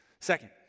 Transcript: Second